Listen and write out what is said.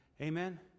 Amen